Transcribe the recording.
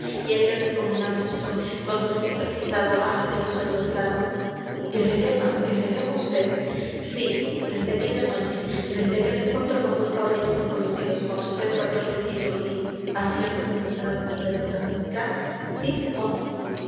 y aquel descomunal susto cuando me vi precisado a hacer uso de las armas que se quema que se quema vd sí desde aquella noche desde aquel encuentro con dos caballeros desconocidos cuando vd perdió el sentido y acierto mi señora doña presentacioncita sí o no